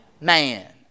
man